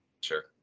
Sure